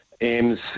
AIMS